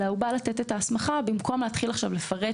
אלא בא לתת הסמכה במקום להתחיל לפרט